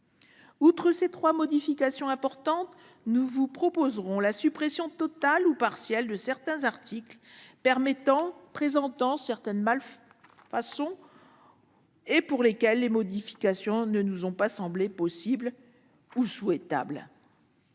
Outre ces trois modifications importantes, nous vous proposerons la suppression totale ou partielle d'articles présentant certaines malfaçons et pour lesquels des modifications ne nous ont pas semblé possibles ni souhaitables.